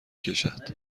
کشد